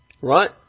right